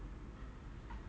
yes